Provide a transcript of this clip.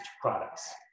products